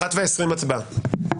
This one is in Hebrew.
ב-13:20 הצבעה.